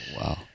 Wow